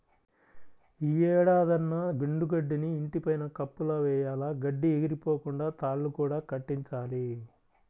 యీ ఏడాదన్నా ఎండు గడ్డిని ఇంటి పైన కప్పులా వెయ్యాల, గడ్డి ఎగిరిపోకుండా తాళ్ళు కూడా కట్టించాలి